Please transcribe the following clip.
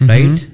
Right